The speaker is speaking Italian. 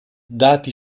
dati